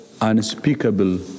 unspeakable